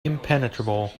impenetrable